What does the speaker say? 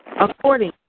according